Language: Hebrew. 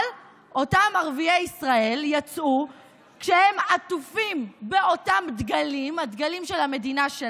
אבל אותם ערביי ישראל יצאו כשהם עטופים באותם דגלים,